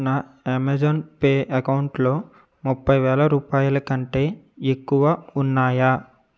నా Amazon Pay అకౌంటులో ముప్పైవేల రూపాయల కంటే ఎక్కువ ఉన్నాయా